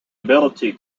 ability